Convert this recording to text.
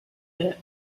bit